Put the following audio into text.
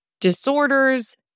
disorders